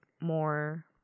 more